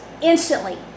instantly